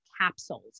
capsules